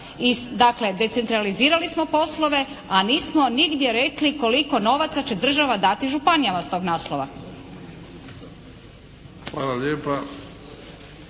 dakle, decentralizirali smo poslove a nismo nigdje rekli koliko novaca će država dati županijama s tog naslova. **Bebić,